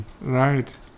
right